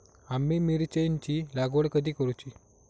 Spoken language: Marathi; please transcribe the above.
आम्ही मिरचेंची लागवड कधी करूची?